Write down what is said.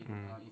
mm